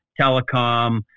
telecom